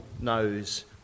knows